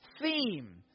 theme